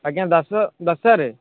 ଆଜ୍ଞା ଦାସ ଦାସ ସାର୍